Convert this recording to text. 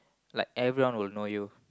like everyone would know you